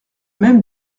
même